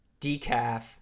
decaf